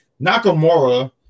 Nakamura